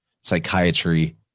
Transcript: psychiatry